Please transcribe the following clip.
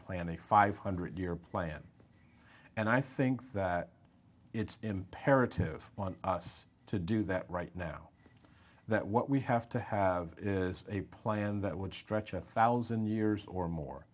plan a five hundred year plan and i think that it's imperative on us to do that right now that what we have to have is a plan that would stretch a thousand years or more